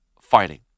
fighting